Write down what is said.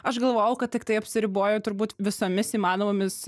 aš galvojau kad tik tai apsiriboju turbūt visomis įmanomomis